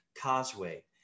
causeway